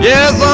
Yes